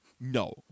No